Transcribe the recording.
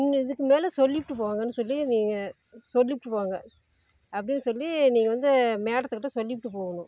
நீங்கள் இதுக்கு மேலே சொல்லிவிட்டு போங்கன்னு சொல்லி நீங்கள் சொல்லிப்புட்டு போங்கள் அப்டின்னு சொல்லி நீங்கள் வந்து மேடத்துக்கிட்டே சொல்லிப்புட்டு போகணும்